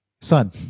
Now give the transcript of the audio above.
son